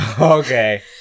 Okay